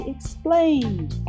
Explained